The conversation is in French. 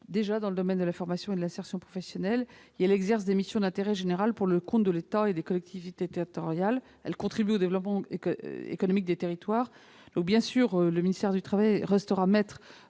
dans le domaine de la formation et de l'insertion professionnelle, et elle exerce des missions d'intérêt général pour le compte de l'État et des collectivités territoriales. En outre, elle contribue au développement économique des territoires. Le ministère du travail restera bien